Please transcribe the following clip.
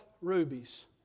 rubies